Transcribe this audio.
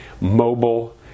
Mobile